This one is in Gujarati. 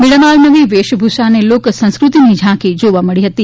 મેળામાં અવનવી વેશભૂષા અને લોકસંસ્કૃતિની ઝાંખી જોવા મળી રહી છે